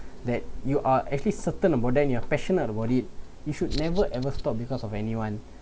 that you are actually certain about then you are passionate about it you should never ever stopped because of anyone